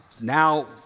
Now